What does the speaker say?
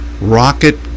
rocket